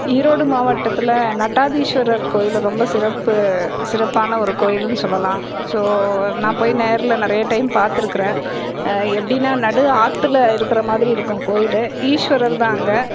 ஈரோடு மாவட்டத்தில் நட்டாதீஸ்வரர் கோயில் ரொம்ப சிறப்பு சிறப்பான ஒரு கோயில்ன்னு சொல்லலாம் ஸோ நான் போய் நேர்ல நிறைய டைம் பார்த்துருக்குறேன் எப்படினா நடு ஆத்தில் இருக்கிற மாதிரி இருக்கும் கோயில் ஈஸ்வரர் தான் அங்கே